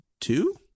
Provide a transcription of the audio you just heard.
two